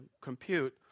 compute